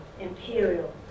imperial